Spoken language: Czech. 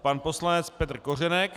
Pan poslanec Petr Kořenek.